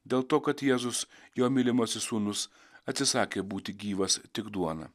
dėl to kad jėzus jo mylimasis sūnus atsisakė būti gyvas tik duona